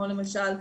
למשל,